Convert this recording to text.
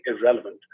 irrelevant